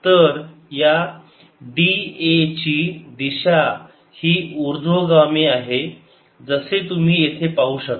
तर या d a ची दिशाही उर्ध्वगामी आहे जसे तुम्ही येथे पाहू शकता